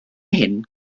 hyn